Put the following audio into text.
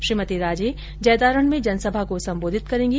श्रीमती राजे जैतारण में जनसभा को सम्बोधित करेंगी